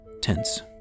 tense